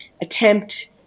attempt